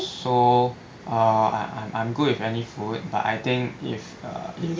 so err I'm I'm I'm good with any food but I think if err